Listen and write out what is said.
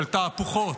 של תהפוכות,